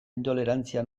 intolerantzia